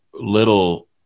Little